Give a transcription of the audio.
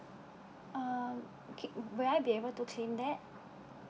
uh okay will I be able to claim that